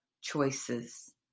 choices